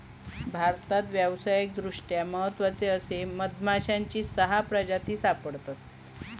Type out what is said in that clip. भारतात व्यावसायिकदृष्ट्या महत्त्वाचे असे मधमाश्यांची सहा प्रजाती सापडतत